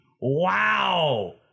wow